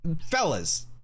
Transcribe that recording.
fellas